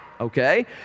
okay